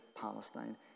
Palestine